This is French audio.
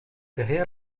derrière